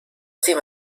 seem